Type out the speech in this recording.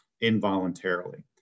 involuntarily